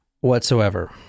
whatsoever